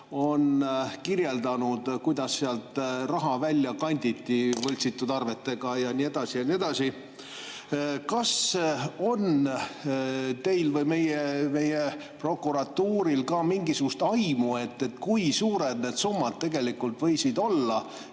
on kirjeldanud, kuidas sealt raha välja kanditi võltsitud arvetega ja nii edasi ja nii edasi. Kas on teil või meie prokuratuuril ka mingisugust aimu, kui suured need summad tegelikult võisid olla,